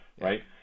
Right